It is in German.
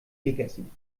gegessen